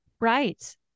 Right